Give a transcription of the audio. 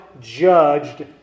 judged